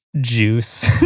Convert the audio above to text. juice